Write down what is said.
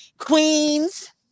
Queens